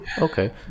okay